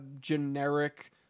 generic